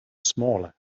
smaller